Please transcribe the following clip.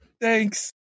Thanks